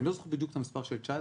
אני לא זוכר בדיוק את המספר של 2019,